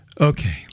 Okay